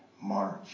March